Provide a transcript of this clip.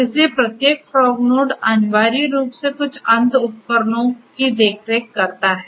इसलिए प्रत्येक fog node अनिवार्य रूप से कुछ अंत उपकरणों की देख रेख करता है